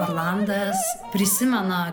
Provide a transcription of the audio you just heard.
orlandas prisimena